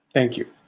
thank you,